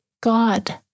God